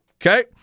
Okay